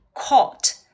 caught